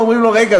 ואומרים לו: רגע,